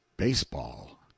baseball